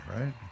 right